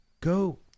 go